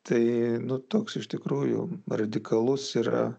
tai toks iš tikrųjų radikalus yra